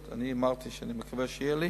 אמרתי שאני מקווה שיהיה לי.